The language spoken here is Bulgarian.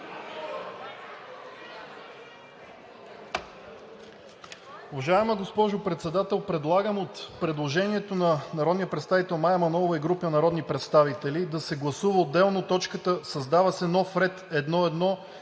Уважаема госпожо Председател, предлагам от предложението на народния представител Мая Манолова и група народни представители да се гласува отделно точката: „Създава се нов ред